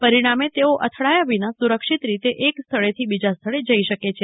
પરિણામે તેઓ અથડાયા વિના સુરક્ષિત રીતે એક સ્થળેથી બીજા સ્થળે જઈ શકે છે